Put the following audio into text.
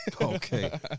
Okay